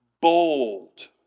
bold